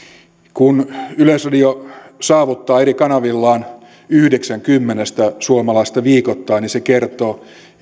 se että yleisradio saavuttaa eri kanavillaan yhdeksän kymmenestä suomalaisesta viikoittain kertoo